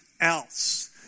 else